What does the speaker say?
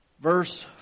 Verse